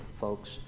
folks